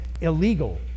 illegal